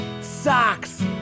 Socks